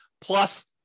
Plus